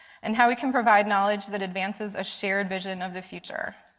and how we can provide knowledge that advances a shared vision of the future.